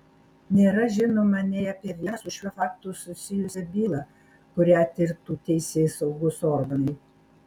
nėra žinoma nei apie vieną su šiuo faktu susijusią bylą kurią tirtų teisėsaugos organai